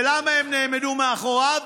ולמה הם נעמדו מאחוריו?